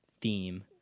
theme